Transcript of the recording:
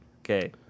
Okay